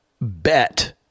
bet